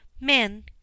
men